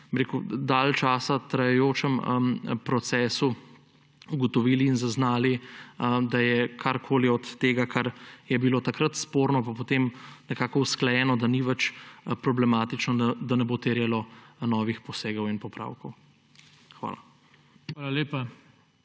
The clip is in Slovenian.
dalj časa trajajočem procesu ugotovili in zaznali, da karkoli od tega, kar je bilo takrat sporno pa potem nekako usklajeno, da ni več problematično, ne bo terjalo novih posegov in popravkov. Hvala.